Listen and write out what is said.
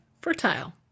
fertile